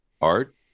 art